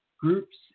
groups